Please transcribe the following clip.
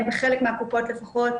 בחלק מהקופות לפחות,